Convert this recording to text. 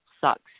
sucks